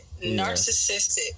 narcissistic